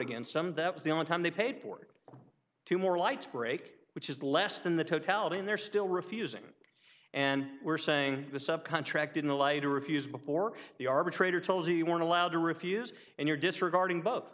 against them that was the only time they paid board two more lights break which is less than the totality and they're still refusing and were saying the sub contracted in a lighter refuse before the arbitrator told you you weren't allowed to refuse and your disregarding bo